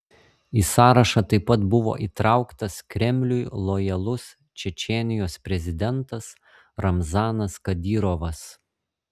į sąrašą taip pat buvo įtrauktas kremliui lojalus čečėnijos prezidentas ramzanas kadyrovas